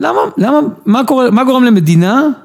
למה? מה גורם למדינה